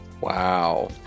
Wow